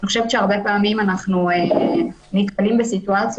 הרבה פעמים אנחנו נתקלים בסיטואציות